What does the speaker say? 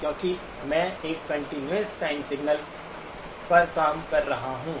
क्योंकि मैं एक कंटीन्यूअस टाइम सिग्नल पर काम कर रहा हूं